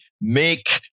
make